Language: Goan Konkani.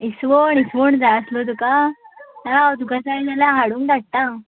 इस्वण इस्वण जाय आसलो तुका राव तुका जाय जाल्यार हाडूंक धाडटा